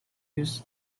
use